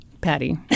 Patty